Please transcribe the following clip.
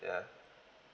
ya